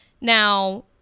now